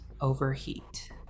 overheat